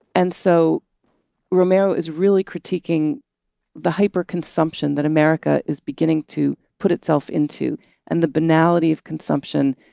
and so romero is really critiquing the hyper consumption that america is beginning to put itself into and the banality of consumption,